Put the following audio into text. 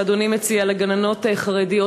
שאדוני מציע לגננות חרדיות,